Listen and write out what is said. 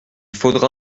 faudra